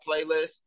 playlist